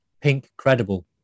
Pink-credible